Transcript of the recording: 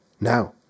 now